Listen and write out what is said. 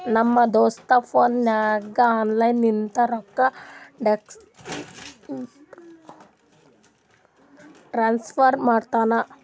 ನಮ್ ದೋಸ್ತ ಫೋನ್ ನಾಗೆ ಆನ್ಲೈನ್ ಲಿಂತ ರೊಕ್ಕಾ ಟ್ರಾನ್ಸಫರ್ ಮಾಡ್ತಾನ